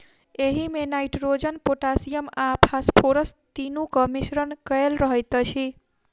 एहिमे nitrogen, potassium आ phosphorus तीनूक मिश्रण कएल रहैत अछि